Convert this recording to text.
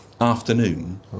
afternoon